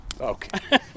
Okay